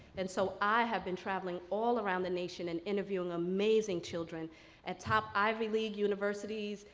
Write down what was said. and so i have been travelling all around the nation and interviewing amazing children at top ivy league universities,